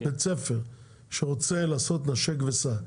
בית ספר שרוצה לעשות 'נשק וסע'